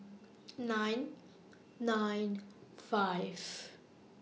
nine nine five